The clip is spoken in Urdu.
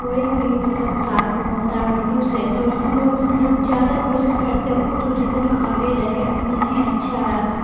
کوئی بھی مطلب تعلق ہوتا ہے اردو سے تو ہم لوگ مطلب زیادہ کوشش کرتے اردو جتنا آگے رہے اتنا ہی اچھا ہے